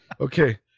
Okay